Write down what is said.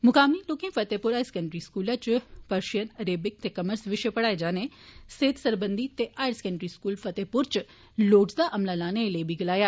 मुकामी लोकें Fatehpur higher secondary school इच परषियन अरैबिक ते कामर्स विशय पढ़ाए जाने सेहत सरबंधी ते हायर सेकेंडरी स्कूल फतेहपुर इच लोड़चदा अमला लाने लेई बी गलाया